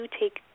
take